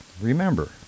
remember